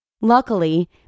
Luckily